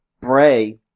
Bray